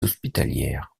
hospitalières